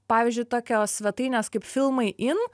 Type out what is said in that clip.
pavyzdžiui tokios svetainės kaip filmai in